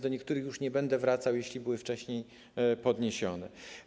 Do niektórych spraw już nie będę wracał, jeśli były wcześniej podniesione.